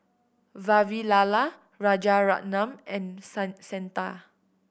Vavilala Rajaratnam and Santha